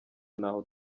n’aho